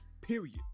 period